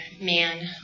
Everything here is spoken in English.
man